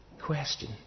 Question